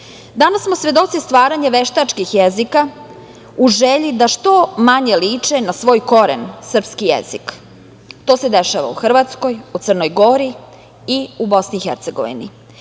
jezik. Danas smo svedoci stvaranje veštačkih jezika u želji da što manje liče na svoj koren, srpski jezik. To se dešava u Hrvatskoj, Crnoj Gori i BiH.